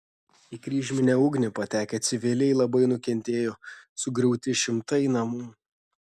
į kryžminę ugnį patekę civiliai labai nukentėjo sugriauti šimtai namų